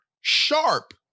sharp